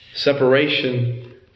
Separation